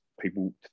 people